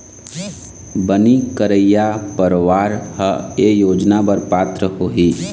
बनी करइया परवार ह ए योजना बर पात्र होही